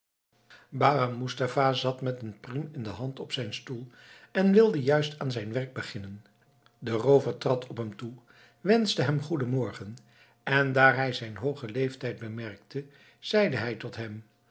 baba moestapha zat met een priem in de hand op zijn stoel en wilde juist aan zijn werk beginnen de roover trad op hem toe wenschte hem goeden morgen en daar hij zijn hoogen leeftijd bemerkte zeide hij tot hem